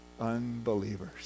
unbelievers